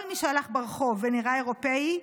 כל מי שהלך ברחוב ונראה אירופאי,